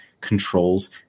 controls